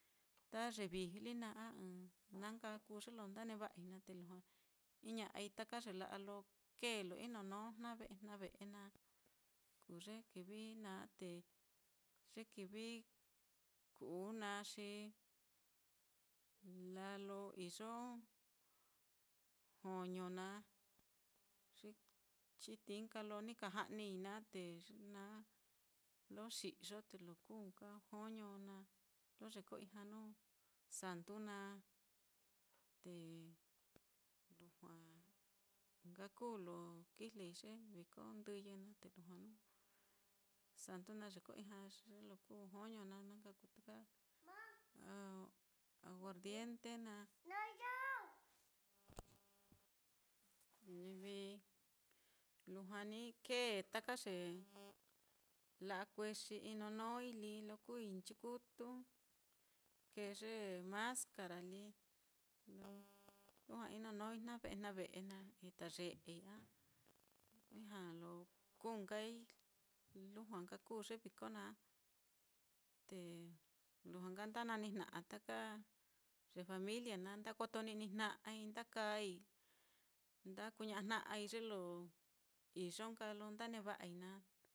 Ta ye vijli naá a ɨ́ɨ́n na nka kuu ye lo nda neva'ai naá, te lujua iña'ai taka ye la'a lo kee lo inonó jna ve'e jna ve'e naá, kuu ye kivi naá, te ye kivi kuu uu naá xi laa lo iyo joño naá, ye chitií nka lo ni ka ja'nii naá, te ye naá lo xi'yo te lo kuu nka joño naá, lo yeko ijña nuu santu naá, te lujua nka kuu lo kijlei ye viko ndɨyɨ naá, te lujua nuu santu naá ye ko ijña ye lo kuu joño naá, na nka kuu taka aguardiente naá, livi lujua ni kee taka ye la'a kuexi inonói lí lo kuui nchikutu, kee ye mascara lí lo lujua inonói jna ve'e jna ve'e naá, itaye'ei a ijña lo kuu nkai lujua nka kuu ye viko naá, te lujua nka nda nanijna'a taka ye familia naá nda kotoni'nijna'ai, nda kaai nda kuña'a jna'a ye lo iyo nka naá